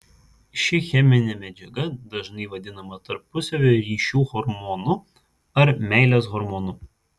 ši cheminė medžiaga dažnai vadinama tarpusavio ryšių hormonu ar meilės hormonu